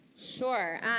Sure